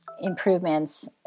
improvements